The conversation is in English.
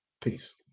Peace